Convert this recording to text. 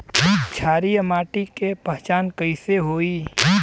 क्षारीय माटी के पहचान कैसे होई?